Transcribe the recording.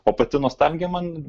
o pati nostalgija man